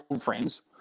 friends